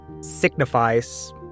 signifies